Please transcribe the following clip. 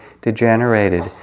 degenerated